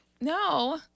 No